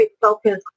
focus